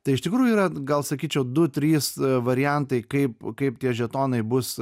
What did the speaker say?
tai iš tikrųjų yra gal sakyčiau du trys variantai kaip kaip tie žetonai bus